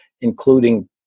including